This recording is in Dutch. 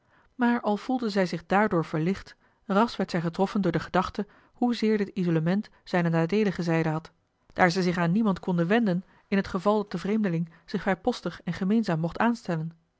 maar al voelde zij zich daardoor verlicht ras werd zij getroffen door de gedachte hoezeer dit isolement zijne nadeelige zijde had daar zij zich aan niemand konde wenden in t geval dat de vreemdeling zich vrijpostig en gemeenzaam mocht aanstellen